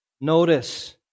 Notice